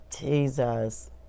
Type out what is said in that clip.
Jesus